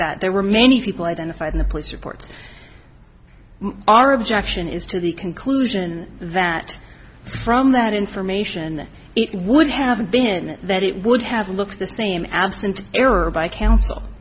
that there were many people identified in the police reports are objection is to the conclusion that from that information it would have been that it would have looked the same absent error by counsel